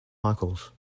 michaels